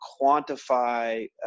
quantify